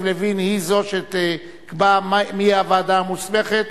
לוין היא זו שתקבע מי הוועדה המוסמכת,